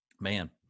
man